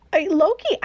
Loki